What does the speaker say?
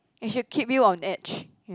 it should keep you on edge you